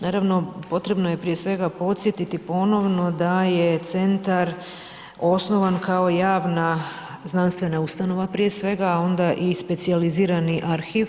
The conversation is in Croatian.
Naravno, potrebno je prije svega podsjetiti ponovno da je centar osnovan kao javna znanstvena ustanova prije svega, a onda i specijalizirani arhiv.